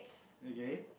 okay